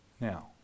Now